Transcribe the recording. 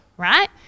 right